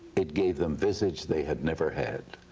it gave them visage they had never had,